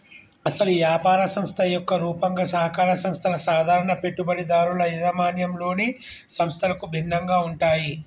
అసలు యాపార సంస్థ యొక్క రూపంగా సహకార సంస్థల సాధారణ పెట్టుబడిదారుల యాజమాన్యంలోని సంస్థలకు భిన్నంగా ఉంటాయి